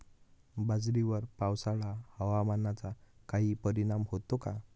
बाजरीवर पावसाळा हवामानाचा काही परिणाम होतो का?